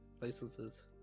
licenses